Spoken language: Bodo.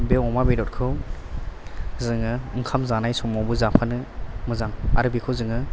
बे अमा बेदरखौ जोङो ओंखाम जानाय समावबो जाफानो मोजां आरो बेखौ जोङो